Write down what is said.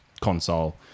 console